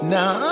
Now